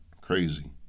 Crazy